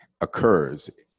occurs